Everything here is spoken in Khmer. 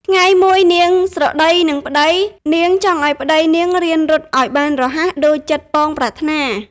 ថ្ងៃមួយ នាងស្រដីនឹងប្តី នាងចង់ឱ្យប្តីនាងរៀនរត់ឱ្យបានរហ័សដូចចិត្តប៉ងប្រាថ្នា។